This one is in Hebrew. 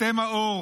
אתם האור,